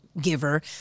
giver